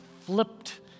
flipped